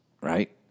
right